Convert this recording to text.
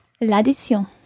l'addition